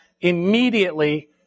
immediately